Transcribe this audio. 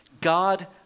God